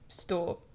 store